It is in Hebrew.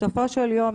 בסופו של יום,